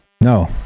No